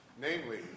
Namely